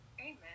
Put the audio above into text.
Amen